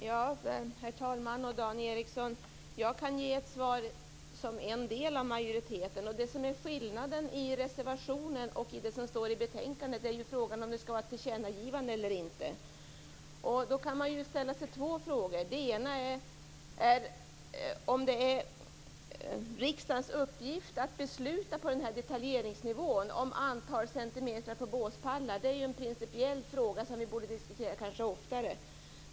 Herr talman! Jag kan ge ett svar som en del av majoriteten. Det som är skillnaden mellan reservationen och det som står i betänkandet är frågan om det skall vara ett tillkännagivande eller inte. Man kan ställa två frågor. Den ena är om det är riksdagens uppgift att besluta på den här detaljnivån om antalet centimeter på båspallar. Det är en principiell fråga, som vi kanske borde diskutera oftare.